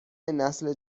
نسل